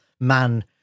man